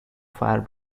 fire